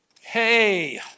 Hey